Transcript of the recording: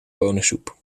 bonensoep